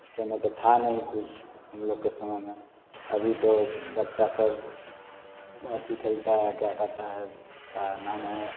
उस टाइम में तो था नहीं कुछ हम लोग के समय में अभी तो बच्चा सब अती खेलता है क्या कहता है उसका नाम है